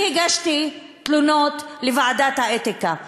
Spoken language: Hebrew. אני הגשתי תלונות לוועדת האתיקה,